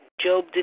Job